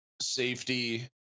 safety